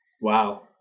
Wow